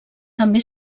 també